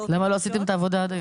--- למה לא עשיתם את העבודה עד היום?